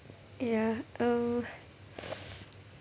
ya um